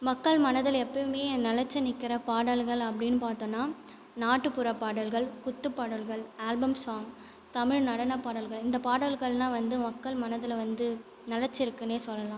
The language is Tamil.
மக்கள் மனதில் எப்பவுமே நிலைச்சு நிற்கிற பாடல்கள் அப்படின்னு பார்த்தோம்ன்னா நாட்டுப்புறப் பாடல்கள் குத்துப் பாடல்கள் ஆல்பம் சாங் தமிழ் நடனப் பாடல்கள் இந்தப் பாடல்கள் எல்லாம் வந்து மக்கள் மனதில் வந்து நிலைச்சு இருக்குன்னே சொல்லலாம்